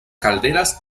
calderas